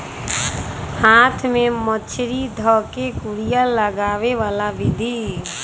हाथ से मछरी ध कऽ कुरिया लगाबे बला विधि